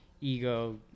ego